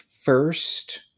first